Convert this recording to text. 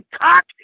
cock